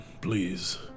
please